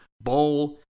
bowl